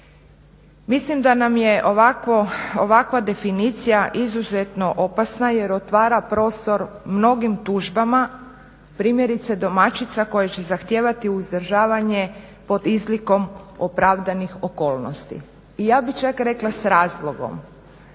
Mislim da nam je ovakva definicija izuzetno opasna jer otvara prostor mnogim tužbama primjerice domaćica koje će zahtijevati uzdržavanje pod izlikom opravdanih okolnosti. I ja bih čak rekla s razlogom.